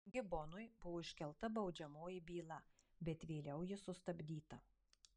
gibonui buvo iškelta baudžiamoji byla bet vėliau ji sustabdyta